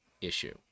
issue